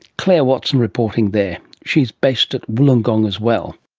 clare watson reporting there. she is based at wollongong as well